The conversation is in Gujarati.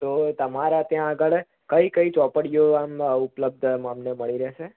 તો તમારે ત્યાં આગળ કઈ કઈ ચોપડીઓ આમ ઉપલબ્ધ અમને મળી રહેશે